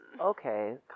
okay